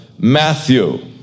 Matthew